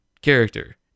character